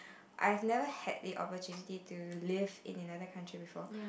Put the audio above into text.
I have never had the opportunity to live in another country before